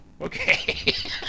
okay